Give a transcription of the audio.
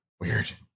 weird